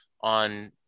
on